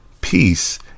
Peace